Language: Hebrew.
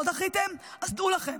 לא דחיתם, אז דעו לכם,